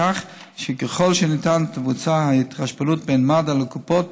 כך שככל שניתן תבוצע ההתחשבנות בין מד"א לקופות,